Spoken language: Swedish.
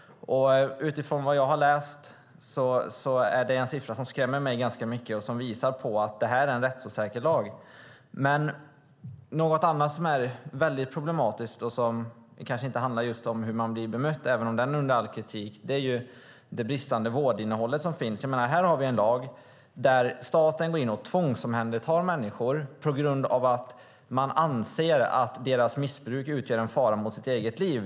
Utifrån vad jag har läst är det en siffra som skrämmer mig ganska mycket. Den visar att detta är en rättsosäker lag. Något annat som är mycket problematiskt - det handlar kanske inte om hur man blir bemött även om det är under all kritik - är det bristande vårdinnehållet. Här har vi en lag där staten går in och tvångsomhändertar människor på grund av att man anser att deras missbruk utgör en fara mot deras eget liv.